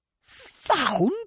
Found